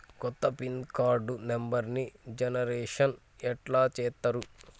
కొత్త pin card నెంబర్ని generation ఎట్లా చేత్తరు?